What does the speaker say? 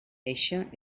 eixa